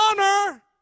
honor